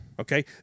Okay